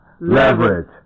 leverage